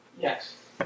Yes